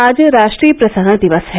आज राष्ट्रीय प्रसारण दिवस है